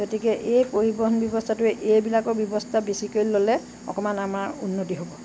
গতিকে এই পৰিবহন ব্যৱস্থাটো এইবিলাকৰ ব্যৱস্থা বেছিকৈ ল'লে অকণমান আমাৰ উন্নতি হ'ব